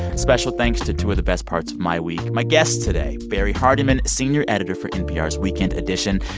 special thanks to two of the best parts of my week, my guests today, barrie hardymon, senior editor for npr's weekend edition,